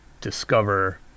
discover